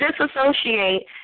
Disassociate